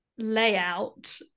layout